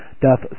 Doth